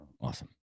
awesome